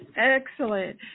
excellent